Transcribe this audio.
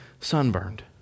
sunburned